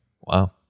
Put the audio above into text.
Wow